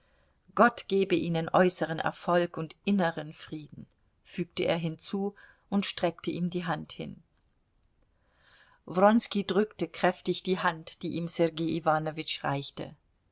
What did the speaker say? gott gebe ihnen äußeren erfolg und inneren frieden fügte er hinzu und streckte ihm die hand hin wronski drückte kräftig die hand die ihm sergei iwanowitsch reichte